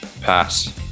Pass